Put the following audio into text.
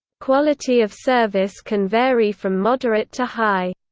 quality of service can vary from moderate to high.